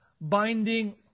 binding